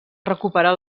recuperar